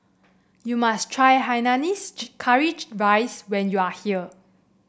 you must try Hainanese Curry Rice when you are here